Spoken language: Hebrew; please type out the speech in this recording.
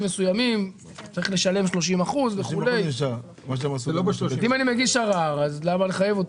מסוימים צריך לשלם 30%. אם אני מגיש ערר אז למה לחייב אותי?